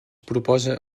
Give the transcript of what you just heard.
proposa